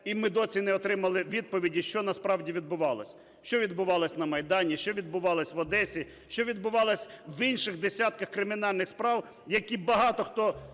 і ми досі не отримали відповідь, що насправді відбувалося: що відбувалося на Майдані, що відбулося в Одесі, що відбувалося в інших десятках кримінальних справ, які багато хто